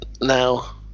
Now